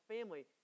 family